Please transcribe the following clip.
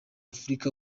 afurika